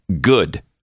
good